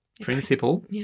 principle